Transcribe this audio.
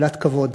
מילת כבוד,